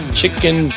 chicken